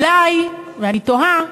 אולי, ואני תוהה,